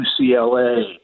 UCLA